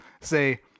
say